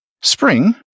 Spring